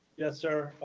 yes, sir.